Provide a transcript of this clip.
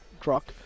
truck